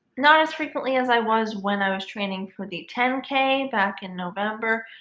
not as frequently as i was when i was training for the ten k back in november,